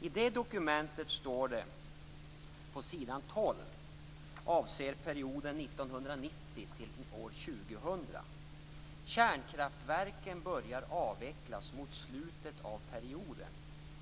I det dokumentet står det på s. 12 avseende perioden 1990-2000: Kärnkraftverken börjar avvecklas mot slutet av perioden.